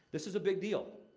this is a big deal.